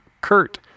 Kurt